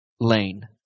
lane